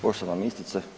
Poštovana ministrice.